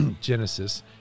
genesis